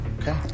Okay